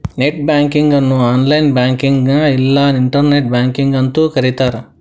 net banking ಅನ್ನು online ಬ್ಯಾಂಕಿಂಗ್ನ ಇಲ್ಲಾ ಇಂಟರ್ನೆಟ್ ಬ್ಯಾಂಕಿಂಗ್ ಅಂತೂ ಕರಿತಾರ